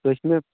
سُہ ٲسۍ نہٕ